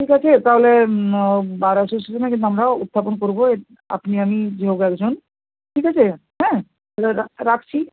ঠিক আছে তাহলে বার অ্যাসোসিয়েশানের দিন আমরা উত্থাপন করবো আপনি আমি যে হোক একজন ঠিক আছে হ্যাঁ তাহলে রা রাখছি